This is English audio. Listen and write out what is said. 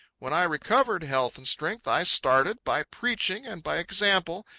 when i recovered health and strength, i started, by preaching and by example,